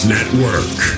Network